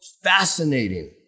fascinating